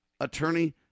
attorney